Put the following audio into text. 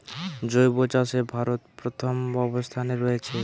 জৈব চাষে ভারত প্রথম অবস্থানে রয়েছে